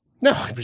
No